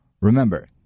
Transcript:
Remember